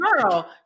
girl